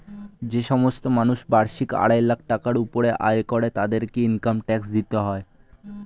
যে সমস্ত মানুষ বার্ষিক আড়াই লাখ টাকার উপরে আয় করে তাদেরকে ইনকাম ট্যাক্স দিতে হয়